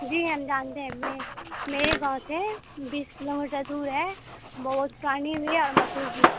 جی ہم جانتے ہیں میں میرے گاؤں سے بیس کلو میٹر دور ہے بہت پانی بھی ہے اور مسہور بھی